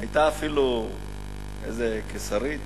היתה אפילו איזה קיסרית